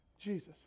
Jesus